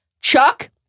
Chuck